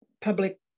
public